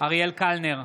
אריאל קלנר,